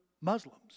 Muslims